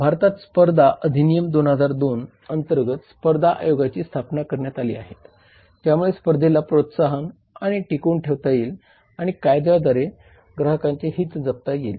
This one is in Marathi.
भारतात स्पर्धा अधिनियम 2002 अंतर्गत स्पर्धा आयोगाची स्थापना करण्यात आली आहे ज्यामुळे स्पर्धेला प्रोत्साहन आणि टिकवून ठेवता येईल आणि कायद्याद्वारे ग्राहकांचे हित जपता येईल